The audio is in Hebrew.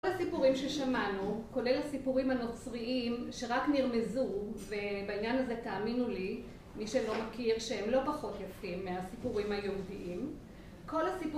כל הסיפורים ששמענו, כולל הסיפורים הנוצריים שרק נרמזו ובעניין הזה תאמינו לי, מי שלא מכיר שהם לא פחות יפים מהסיפורים היהודיים כל הסיפורים ששמענו